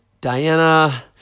Diana